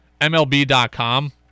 MLB.com